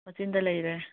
ꯃꯆꯤꯟꯗ ꯂꯩꯔꯦ